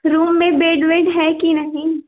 room में bed वेड है कि नहीं